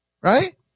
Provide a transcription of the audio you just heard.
Right